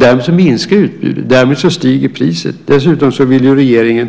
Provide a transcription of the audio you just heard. Därmed minskar utbudet, och därmed stiger priset. Dessutom har regeringen